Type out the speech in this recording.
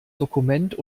dokument